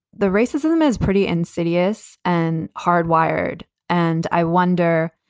the racism is pretty insidious and hard wired. and i wonder,